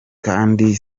kandi